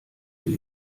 will